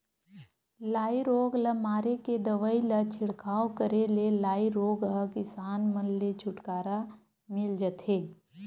लाई रोग ल मारे के दवई ल छिड़काव करे ले लाई रोग ह किसान मन ले छुटकारा मिल जथे